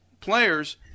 players